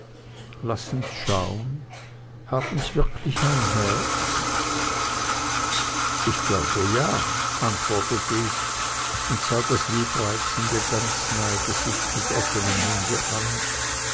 lassen's schaun haben's wirklich ein herz ich glaube ja antwortete ich und sah das liebreizende ganz nahe gesicht mit offenem munde an